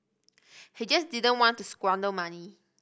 he just didn't want to squander money